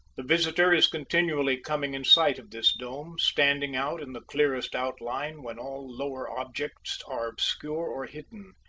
the visitor is continually coming in sight of this dome, standing out in the clearest outline when all lower objects are obscure or hidden.